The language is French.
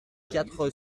quatre